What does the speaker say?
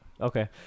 okay